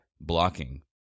blocking